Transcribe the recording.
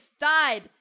Died